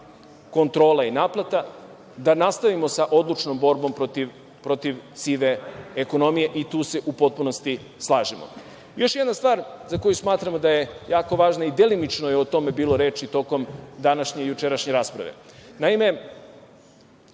kontrola i naplata, da nastavimo sa odlučnom borbom protiv sive ekonomije i tu se u potpunosti slažemo. Još jedna stvar za koju smatramo da je jako važna i delimično je o tome bilo reči tokom današnje i jučerašnje rasprave.